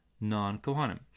non-Kohanim